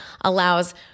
allows